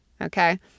Okay